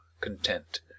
content